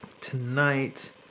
tonight